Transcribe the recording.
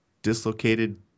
dislocated